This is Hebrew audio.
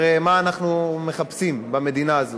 הרי מה אנחנו מחפשים במדינה הזו?